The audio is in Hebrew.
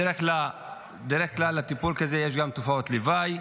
בדרך כלל לטיפול כזה יש גם תופעות לוואי,